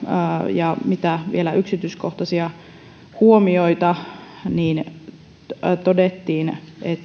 ja yksityiskohtaisia huomioita todettiin että